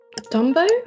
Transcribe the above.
Dumbo